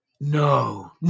No